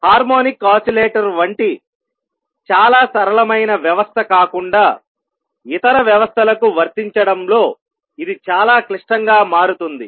harmonic oscillator వంటి చాలా సరళమైన వ్యవస్థ కాకుండా ఇతర వ్యవస్థలకు వర్తించడంలో ఇది చాలా క్లిష్టంగా మారుతుంది